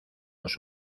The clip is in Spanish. los